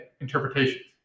interpretations